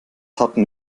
hatten